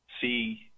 see